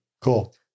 Cool